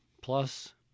plus